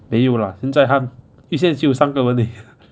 没有啦现在他因为现在只有三个人而已